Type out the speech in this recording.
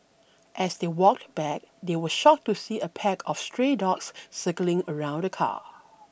as they walked back they were shocked to see a pack of stray dogs circling around the car